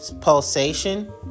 pulsation